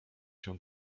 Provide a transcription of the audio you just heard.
się